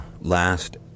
last